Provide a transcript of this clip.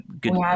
good